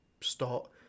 start